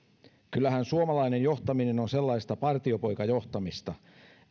kyllähän suomalainen johtaminen on sellaista partiopoikajohtamista